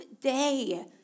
day